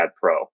Pro